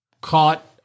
caught